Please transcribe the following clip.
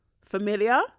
familiar